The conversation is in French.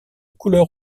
couleur